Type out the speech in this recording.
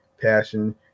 passion